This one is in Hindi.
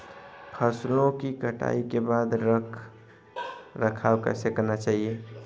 फसलों की कटाई के बाद रख रखाव कैसे करना चाहिये?